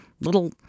little